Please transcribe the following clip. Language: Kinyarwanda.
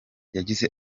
yagize